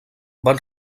van